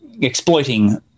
exploiting